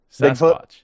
Sasquatch